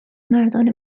مردان